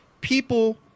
people